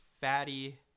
fatty